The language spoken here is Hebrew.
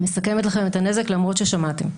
מסכמת לכם את הנזק למרות ששמעתם: